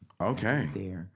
Okay